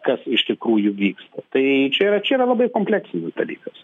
kas iš tikrųjų vyksta tai čia yra čia yra labai kompleksinis dalykas